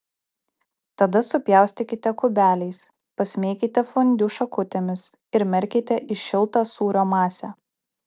tada supjaustykite kubeliais pasmeikite fondiu šakutėmis ir merkite į šiltą sūrio masę